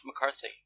McCarthy